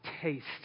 taste